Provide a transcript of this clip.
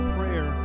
prayer